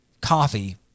coffee